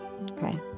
Okay